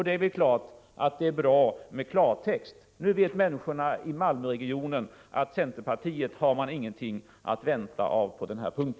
Det är klart att det är bra med klartext — nu vet människorna i Malmöregionen att de inte har något att vänta sig av centerpartiet på denna punkt.